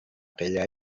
aquella